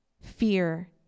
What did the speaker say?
fear